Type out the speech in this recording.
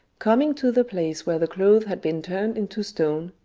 coming to the place where the clothes had been turned into stone,